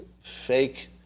fake